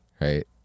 right